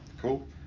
Cool